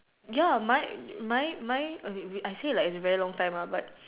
ya mine mine mine okay wait I say like it's very long time ah but